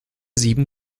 sieben